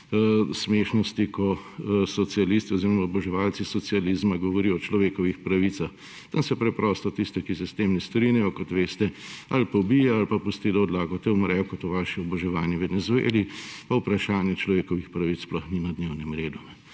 smešnosti, ko socialisti oziroma oboževalci socializma govorijo o človekovih pravicah. Tam so preprosto tiste, ki se s tem ne strinjajo, kot veste, ali pobijali ali pa pustili, da od lakote umrejo kot v vaši oboževani Venezueli. Pa vprašanje človekovih pravic sploh ni na dnevnem redu.